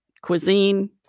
cuisine